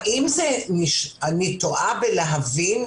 האם אני טועה בהבנה